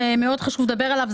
שמאוד חשוב שנדבר עליו,